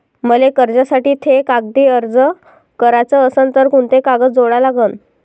मले कर्जासाठी थे कागदी अर्ज कराचा असन तर कुंते कागद जोडा लागन?